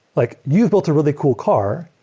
like you've built a really cool car,